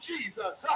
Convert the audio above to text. Jesus